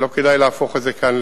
ולא כדאי להפוך את זה כאן,